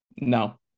No